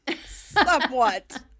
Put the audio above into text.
somewhat